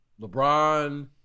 LeBron